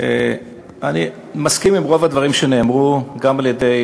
אני מסכים לרוב הדברים שנאמרו גם על-ידי